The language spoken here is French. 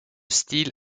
style